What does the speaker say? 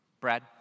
Brad